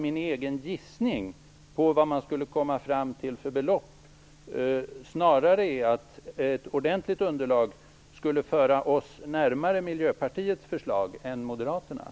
Min egen gissning på vad man skulle komma fram till för belopp är att ett ordentligt underlag snarare skulle föra oss närmare